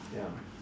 ya